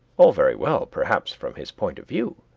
all very well perhaps from his point of view,